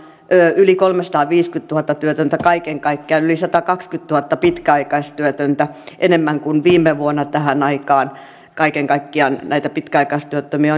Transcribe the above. yli kolmesataaviisikymmentätuhatta työtöntä kaiken kaikkiaan ja yli satakaksikymmentätuhatta pitkäaikaistyötöntä enemmän kuin viime vuonna tähän aikaan kaiken kaikkiaan näitä pitkäaikaistyöttömiä